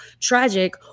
tragic